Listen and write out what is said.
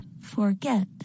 forget